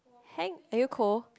hang~ are you cold